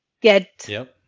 get